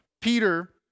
Peter